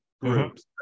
groups